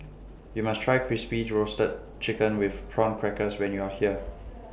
YOU must Try Crispy Roasted Chicken with Prawn Crackers when YOU Are here